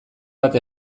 bat